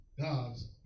God's